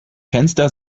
fenster